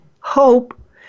hope